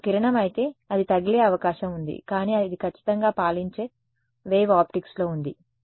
అది ఒక కిరణం అయితే అది తగిలే అవకాశం ఉంది కానీ ఇది ఖచ్చితంగా పాలించే వేవ్ ఆప్టిక్స్లో ఉంది